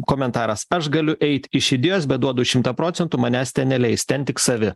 komentaras aš galiu eit iš idėjos bet duodu šimtą procentų manęs ten neleis ten tik savi